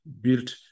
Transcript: built